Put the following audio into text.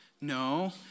no